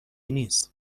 نیست